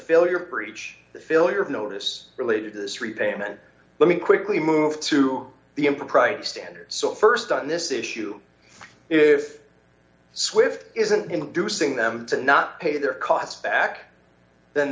failure breach the failure of notice related to this repayment let me quickly move to the impropriety standard so st on this issue if swift isn't inducing them to not pay their costs back then